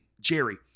Jerry